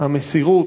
המסירות,